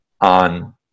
on